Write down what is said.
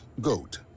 Goat